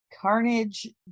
carnage